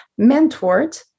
mentored